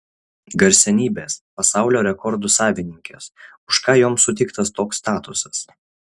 garsenybės pasaulio rekordų savininkės už ką joms suteiktas toks statusas